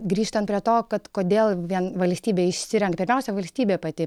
grįžtant prie to kad kodėl vien valstybei išsirenk pirmiausia valstybė pati